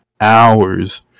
hours